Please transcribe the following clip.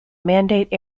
mandate